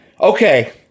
okay